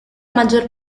maggior